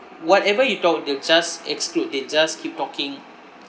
whatever you talk they'll just exclude they just keep talking